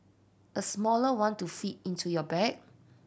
a smaller one to fit into your bag